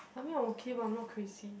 I mean I'm okay but I'm not crazy